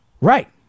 Right